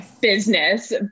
business